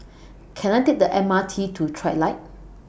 Can I Take The M R T to Trilight